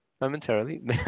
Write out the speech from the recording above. momentarily